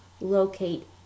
locate